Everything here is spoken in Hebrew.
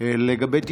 לגבי 98,